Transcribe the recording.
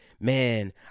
man